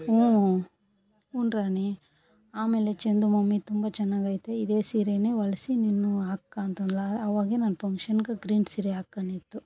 ಹ್ಞೂ ರಾಣಿ ಆಮೇಲೆ ಚಂದು ಮಮ್ಮಿ ಇದು ತುಂಬ ಚೆನ್ನಾಗೈತೆ ಇದೇ ಸೀರೆನೇ ಹೊಲೆಸಿ ನೀನು ಹಾಕ್ಕೋ ಅಂತಂದಳು ಆವಾಗೆ ನಾನು ಫಂಕ್ಷನ್ಗೆ ಗ್ರೀನ್ ಸೀರೆ ಹಾಕೊಂಡಿದ್ದು